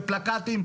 בפלקטים,